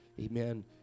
amen